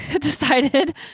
decided